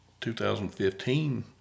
2015